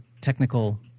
Technical